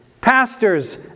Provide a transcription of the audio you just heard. pastors